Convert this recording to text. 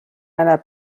einer